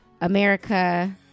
America